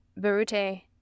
Berute